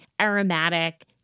aromatic